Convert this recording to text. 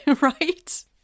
right